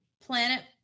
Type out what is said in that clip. planet